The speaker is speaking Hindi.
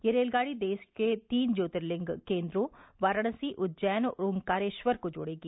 यह रेलगाड़ी देश के तीन ज्योर्तिलिंग केन्द्रों वाराणसी उज्जैन और ओंकारेश्वर को जोड़ेगी